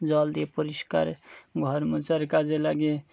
জল দিয়ে পরিষ্কার ঘর মোছার কাজে লাগে